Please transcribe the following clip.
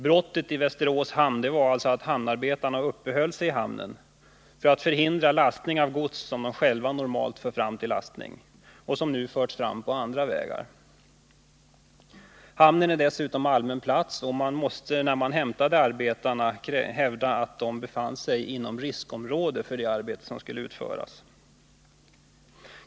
Brottet i Västerås hamn var att hamnarbetarna uppehöll sig i hamnen för att förhindra lastning av gods som de själva normalt för fram till lastning och som nu förts fram på andra vägar. Hamnen var dessutom allmän plats, och man måste, när man hämtade arbetarna, hävda att de befann sig inom riskområdet för det arbete som skulle utföras.